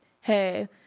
hey